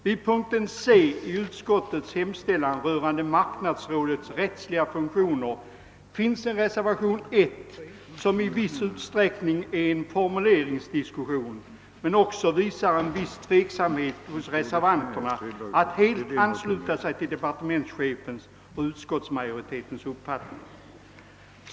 Vid punkten C i utskottets hemställan rörande marknadsrådets rättsliga funktioner finns en reservation I som i viss utsträckning utgör en formuleringsdiskussion, men som också visar en viss tveksamhet hos reservanterna att helt ansluta sig till departementschefens och utskottsmajoritetens uppfattning.